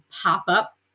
pop-up